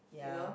you know